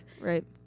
Right